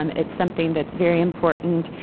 um it's something that's very important,